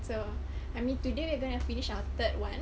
so I mean today we're gonna finish our third one